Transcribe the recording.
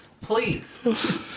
Please